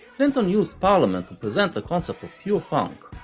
clinton used parliament to present the concept of pure funk,